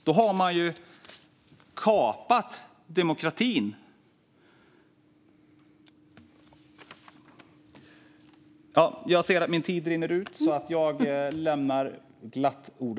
Då har demokratin blivit kapad.